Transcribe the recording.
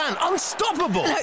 Unstoppable